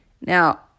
now